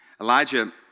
Elijah